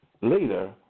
Later